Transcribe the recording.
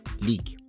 league